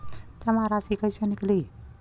जमा राशि कइसे निकली?